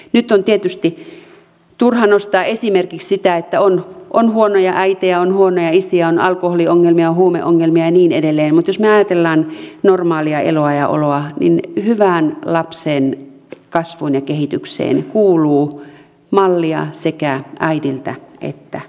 nyt on tietysti turha nostaa esimerkiksi sitä että on huonoja äitejä on huonoja isejä on alkoholiongelmia on huumeongelmia ja niin edelleen jos me ajattelemme normaalia eloa ja oloa niin hyvään lapsen kasvuun ja kehitykseen kuuluu mallia sekä äidiltä että isältä